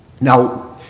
Now